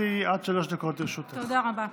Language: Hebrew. תודה רבה.